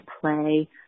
play